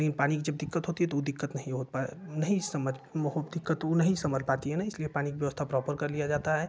लेकिन पानी की जब दिक्कत होती है तो उ दिक्कत नहीं होता है नहीं समझ बहुत दिक्कत उ नहीं संभल पाती है ना संभल पाती है ने इसलिए पानी की व्यवस्था प्रापर कर लिया जाता है